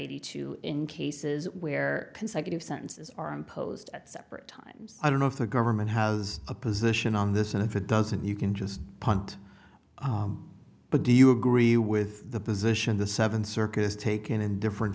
eighty two in cases where consecutive sentences are imposed at separate times i don't know if the government has a position on this and if it doesn't you can just punt but do you agree with the position the seven circus taken in different